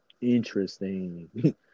Interesting